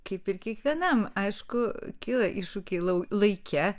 kaip ir kiekvienam aišku kyla iššūkiai lauk laike